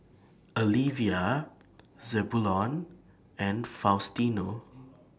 Alivia Zebulon and Faustino